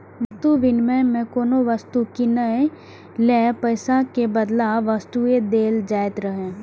वस्तु विनिमय मे कोनो वस्तु कीनै लेल पैसा के बदला वस्तुए देल जाइत रहै